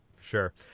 sure